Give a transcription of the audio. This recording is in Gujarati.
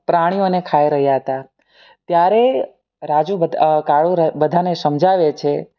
પ્રાણીઓને ખાઈ રહ્યા હતા ત્યારે રાજૂ બધ કાળુ ર બધાને સમજાવે છે